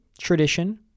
tradition